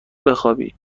بخوابی